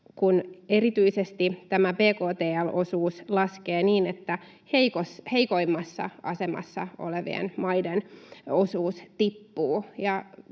kun erityisesti bktl-osuus laskee niin, että heikoimmassa asemassa olevien maiden osuus tippuu.